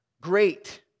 great